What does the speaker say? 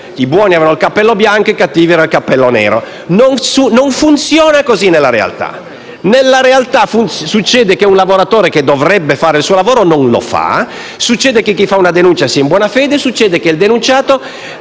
i buoni avevano il cappello bianco e i cattivi il cappello nero. Nella realtà però non funziona così. Nella realtà succede che un lavoratore che dovrebbe fare il suo lavoro non lo fa; succede che chi fa una denuncia sia in buona fede e succede che il denunciato